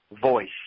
voice